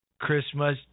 christmas